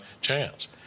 chance